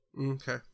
Okay